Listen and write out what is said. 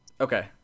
Okay